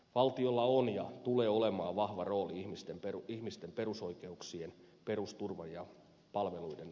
valtiolla on ja tulee olemaan vahva rooli ihmisten perusoikeuksien perusturvan ja palveluiden varmistajana